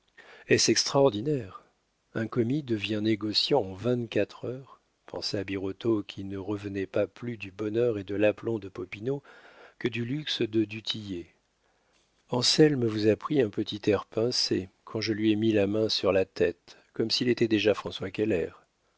est-ce extraordinaire un commis devient négociant en vingt-quatre heures pensait birotteau qui ne revenait pas plus du bonheur et de l'aplomb de popinot que du luxe de du tillet anselme vous a pris un petit air pincé quand je lui ai mis la main sur la tête comme s'il était déjà françois